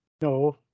no